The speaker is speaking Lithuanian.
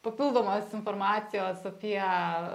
papildomos informacijos apie